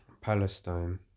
Palestine